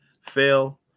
fail